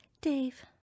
Dave